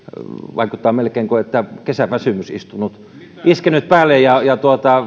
vaikuttaa melkein kuin olisi kesäväsymys iskenyt päälle on kuivaa ja